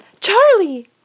Charlie